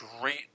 great